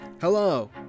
Hello